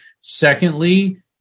Secondly